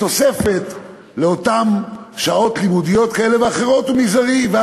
התוספת לאותן שעות לימודיות כאלה ואחרות היא מזערית.